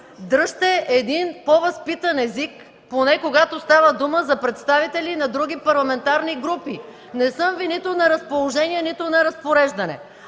Дръжте по-възпитан език поне когато става дума за представители на други парламентарни групи! Не съм Ви нито на разположение, нито на разпореждане.